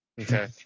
Okay